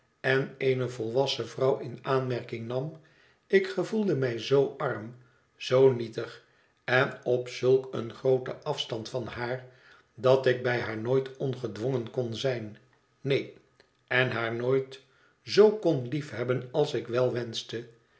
en eene volwassene vrouw in aanmerking nam ik gevoelde mij zoo arm zoo nietig en op zulk een grooten afstand van haar dat ik bij haar nooit ongedwongen kon zijn neen en haar nooit zoo kon liefhebben als ik wel wenschte